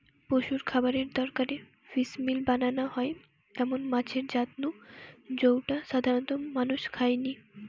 পশুর খাবারের দরকারে ফিসমিল বানানা হয় এমন মাছের জাত নু জউটা সাধারণত মানুষ খায়নি